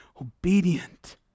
obedient